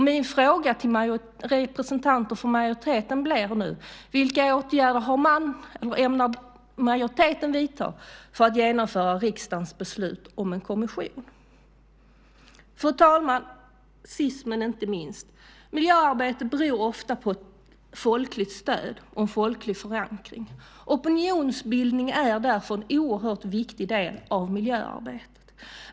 Min fråga till representanter för majoriteten blir nu: Vilka åtgärder ämnar majoriteten vidta för att genomföra riksdagens beslut om en kommission? Fru talman! Sist men inte minst: Miljöarbete är ofta beroende av ett folkligt stöd och en folklig förankring. Opinionsbildning är därför en oerhört viktig del av miljöarbetet.